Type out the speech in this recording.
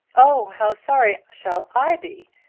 oh how sorry shall i be!